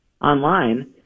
online